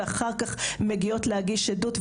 ואחר כך הן מגיעות להגיש עדות,